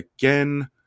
again